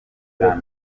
bwa